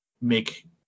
make